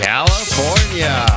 California